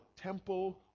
temple